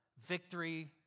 victory